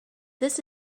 this